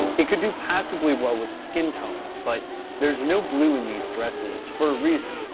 it could do passably well with skin tones, but there's no blue in these dresses for a reason.